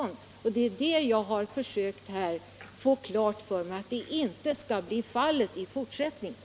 Jag har i dag begärt besked om hur regeringen ser på den frågan.